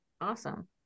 Awesome